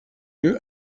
lieu